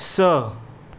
स